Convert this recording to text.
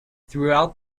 throughout